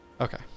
Okay